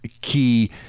key